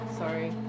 sorry